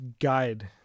guide